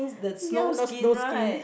ya snow snowskin